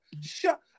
Shut